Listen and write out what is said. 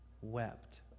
wept